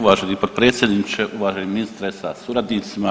Uvaženi potpredsjedniče, uvaženi ministre sa suradnicima.